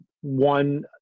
one